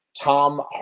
Tom